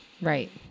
Right